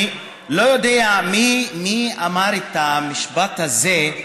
אני לא יודע מי אמר את המשפט הזה,